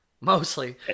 Mostly